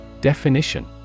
Definition